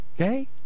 Okay